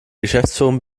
geschäftsführung